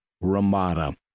Ramada